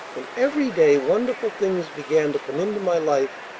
and every day wonderful things began to come into my life,